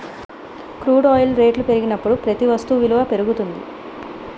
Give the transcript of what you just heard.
crude oil రేట్లు పెరిగినప్పుడు ప్రతి వస్తు విలువ పెరుగుతుంది